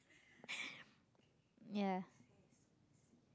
ya